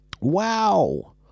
Wow